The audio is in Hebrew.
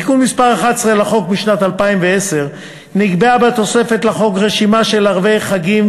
בתיקון מס' 11 לחוק משנת 2010 נקבעה בתוספת לחוק רשימה של ערבי חגים